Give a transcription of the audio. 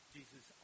Jesus